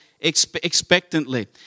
expectantly